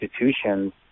institutions